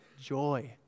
joy